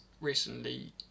recently